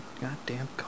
Goddamn